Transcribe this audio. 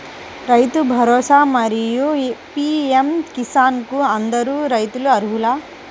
రైతు భరోసా, మరియు పీ.ఎం కిసాన్ కు అందరు రైతులు అర్హులా?